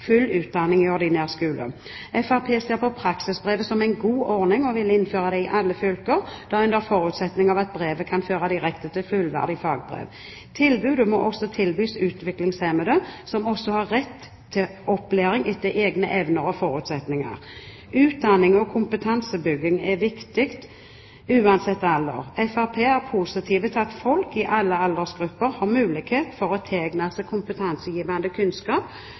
full utdanning i ordinær skole. Fremskrittspartiet ser på praksisbrevet som en god ordning og vil innføre det i alle fylker, under forutsetning av at brevet kan føre direkte til fullverdig fagbrev. Tilbudet må også gjelde utviklingshemmede, som også har rett til opplæring etter egne evner og forutsetninger. Utdanning og kompetansebygging er viktig uansett alder. Fremskrittspartiet er positive til at folk i alle aldersgrupper har mulighet til å tilegne seg kompetansegivende kunnskap,